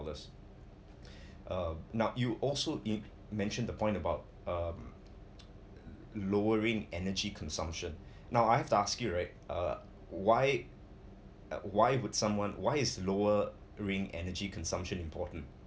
uh now you also mentioned the point about um lowering energy consumption now I have to ask you right uh why why would someone why is lowering energy consumption important